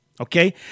okay